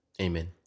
amen